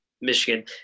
Michigan